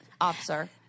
Officer